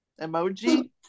emoji